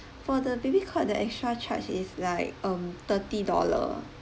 for the baby cot the extra charge is like um thirty dollar